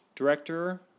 Director